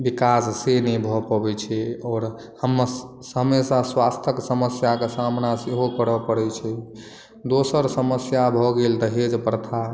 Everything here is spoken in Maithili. विकास से नहि भऽ पबै छै और हमेशा स्वास्थक समस्या के सामना सेहो करय परै छै दोसर समस्या भऽ गेल दहेज़ प्रथा